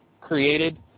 created